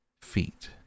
feet